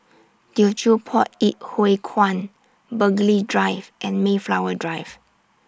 Teochew Poit Ip Huay Kuan Burghley Drive and Mayflower Drive